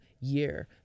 year